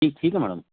ठीक ठीक है मैडम